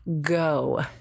go